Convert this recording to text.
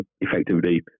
effectively